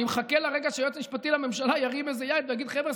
אני מחכה לרגע שהיועץ המשפטי לממשלה ירים איזה יד ויגיד: חבר'ה,